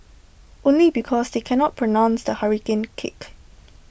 only because they can not pronounce the hurricane kick